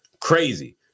Crazy